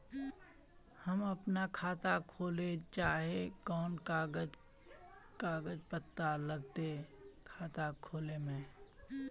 हम अपन खाता खोले चाहे ही कोन कागज कागज पत्तार लगते खाता खोले में?